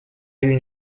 une